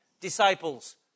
Disciples